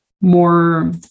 more